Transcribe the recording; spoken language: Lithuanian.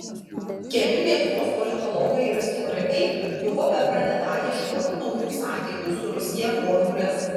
keli lietuvos politologai ir istorikai buvo bepradedą ieškoti naujų santykių su rusija formulės